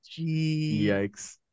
Yikes